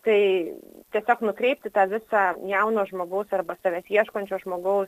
tai tiesiog nukreipti tą visą jauno žmogaus arba savęs ieškančio žmogaus